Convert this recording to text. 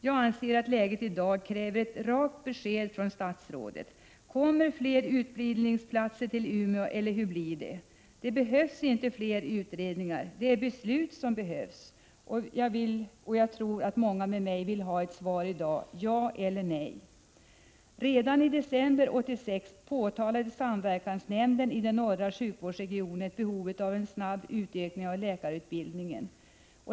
Jag anser att läget i dag kräver att vi får ett rakt besked från statsrådet: Kommer fler utbildningsplatser till Umeå, eller hur blir det? Det behövs inte fler utredningar — det behövs beslut! Jag och många med mig vill ha ett svar i dag: ja eller nej. Redan i december 1986 pekade samverkansnämnden i den norra sjukvårdsregionen på behovet av en snabb utökning av läkarutbildningen.